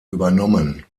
übernommen